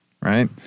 Right